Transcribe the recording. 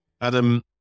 Adam